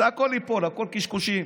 זה הכול ייפול, הכול קשקושים.